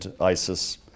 ISIS